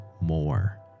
more